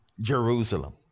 Jerusalem